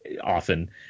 often